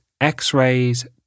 x-rays